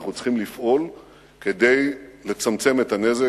אנחנו צריכים לפעול כדי לצמצם את הנזק.